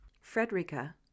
Frederica